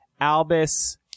Albus